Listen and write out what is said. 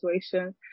situation